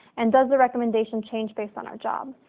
and does the recommendation change based on our job?